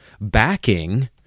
backing